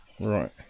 Right